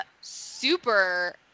super